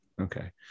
Okay